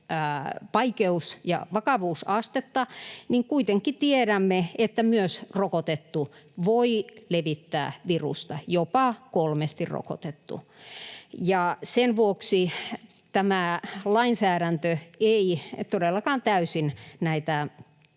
vaikeus- ja vakavuusastetta — kuitenkin tiedämme, että myös rokotettu voi levittää virusta, jopa kolmesti rokotettu. Sen vuoksi tämä lainsäädäntö ei todellakaan täysin näitä